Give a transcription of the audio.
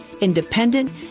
independent